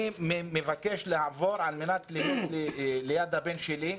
אני מבקש לעבור על מנת להיות ליד הבן שלי".